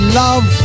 love